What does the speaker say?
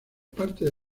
parte